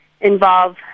involve